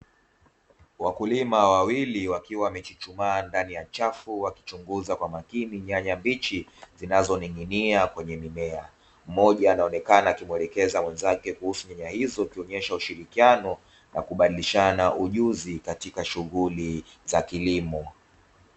Wakulima wawili wakiwa wamechuchumaa ndani ya chafu wakichunguza kwa makini nyanya mbichi zinazoning'inia kwenye mimea. Mmoja anaonekana akimwelekeza mwenzake kuhusu nyanya hizo akionyesha ushirikiano na kubadilishana ujuzi katika shughuli za kilimo.